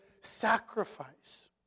sacrifice